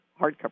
hardcover